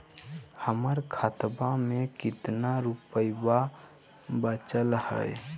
हमर खतवा मे कितना रूपयवा बचल हई?